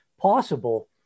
possible